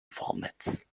formats